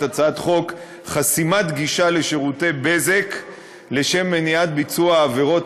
הצעת חוק חסימת גישה לשירותי בזק לשם מניעת ביצוע עבירות,